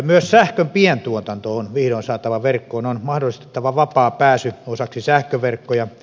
myös sähkön pientuotanto on vihdoin saatava verkkoon on mahdollistettava vapaa pääsy osaksi sähköverkkoja